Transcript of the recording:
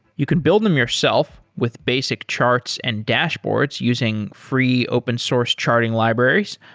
you can build them yourself with basic charts and dashboards using free open source charting libraries,